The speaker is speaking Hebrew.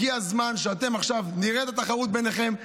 הגיע הזמן שאתם, עכשיו שנראה את התחרות ביניכם.